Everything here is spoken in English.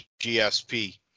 GSP